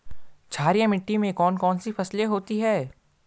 क्षारीय मिट्टी में कौन कौन सी फसलें होती हैं?